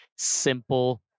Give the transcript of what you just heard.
simple